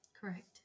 Correct